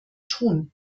tun